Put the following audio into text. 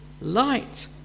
light